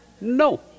No